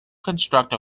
construct